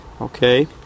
okay